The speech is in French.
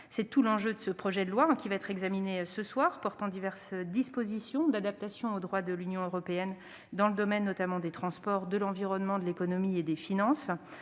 C'est tout l'enjeu du projet de loi portant diverses dispositions d'adaptation au droit de l'Union européenne dans le domaine des transports, de l'environnement, de l'économie et des finances